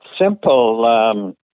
simple